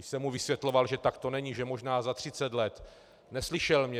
Když jsem mu vysvětloval, že tak to není, že možná za třicet let, neslyšel mě.